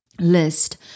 list